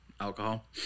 alcohol